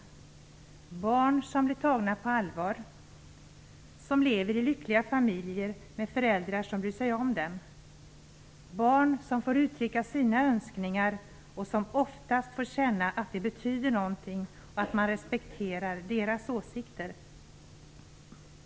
Jag ser barn som blir tagna på allvar och som lever i lyckliga familjer med föräldrar som bryr sig om dem, barn som får uttrycka sina önskningar och som oftast får känna att de betyder något och att deras åsikter respekteras.